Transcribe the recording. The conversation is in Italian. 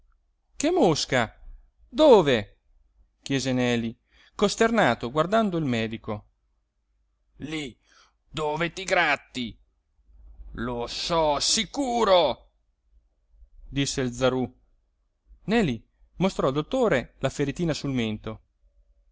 che mosca dove chiese neli costernato guardando il medico lí dove ti gratti lo so sicuro disse il zarú neli mostrò al dottore la feritina sul mento